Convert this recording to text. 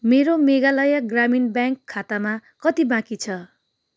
मेरो मेघालय ग्रामीण ब्याङ्क खातामा कति बाँकी छ